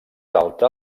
alta